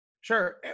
sure